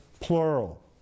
plural